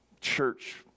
church